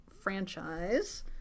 franchise